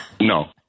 No